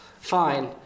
Fine